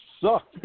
suck